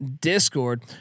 Discord